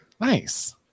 Nice